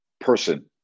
person